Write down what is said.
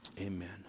amen